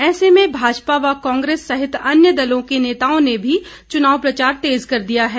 ऐसे में भाजपा व कांग्रेस सहित अन्य दलों के नेताओं ने भी चुनाव प्रचार तेज कर दिया है